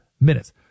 minutes